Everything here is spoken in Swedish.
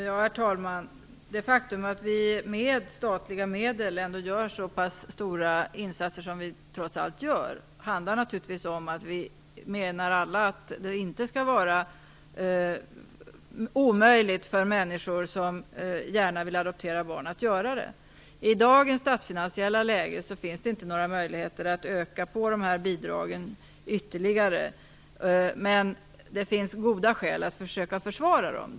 Herr talman! Det faktum att vi med statliga medel gör så pass stora insatser som vi trots allt gör handlar naturligtvis om att vi alla menar att det inte skall vara omöjligt för människor som gärna vill adoptera barn att göra det. I dagens statsfinansiella läge finns det inte några möjligheter att öka på de här bidragen ytterligare, men det finns goda skäl för att försöka försvara dem.